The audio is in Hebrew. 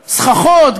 סככות,